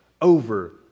over